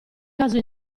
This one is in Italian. caso